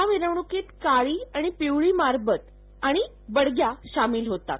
या मिरवणुकीत काळी आणि पिवळी मारबत आणि बडग्या शामिल होतात